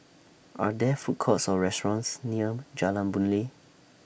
Are There Food Courts Or restaurants near Jalan Boon Lay